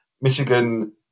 Michigan